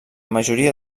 majoria